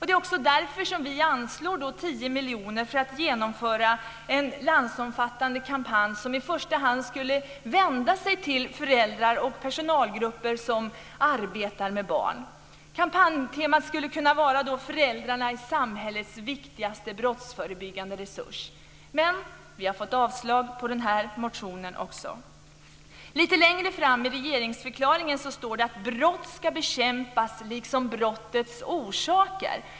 Det är också därför som vi anslår 10 miljoner för att genomföra en landsomfattande kampanj som i första hand skulle vända sig till föräldrar och personalgrupper som arbetar med barn. Kampanjtemat skulle kunna vara: "Föräldrarna är samhällets viktigaste brottsförebyggande resurs." Men den motionen har också avstyrkts. Lite längre fram i regeringsförklaringen står det att brott ska bekämpas liksom brottens orsaker.